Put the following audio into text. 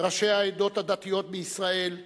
ראשי העדות הדתיות בישראל,